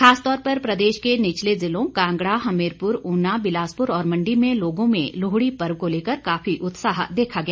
खासतौर पर प्रदेश के निचले जिलों कांगड़ा हमीरपुर उना बिलासपुर और मंडी में लोगों में लोहड़ी पर्व को लेकर काफी उत्साह देखा गया